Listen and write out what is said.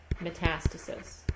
metastasis